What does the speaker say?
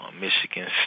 Michigan